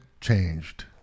changed